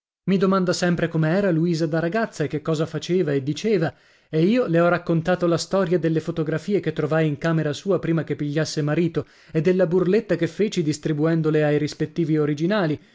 i domanda sempre come era luisa da ragazza e che cosa faceva e diceva e io le ho raccontato la storia delle fotografie che trovai in camera sua prima che pigliasse marito e della burletta che feci distribuendole ai rispettivi originali